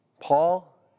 Paul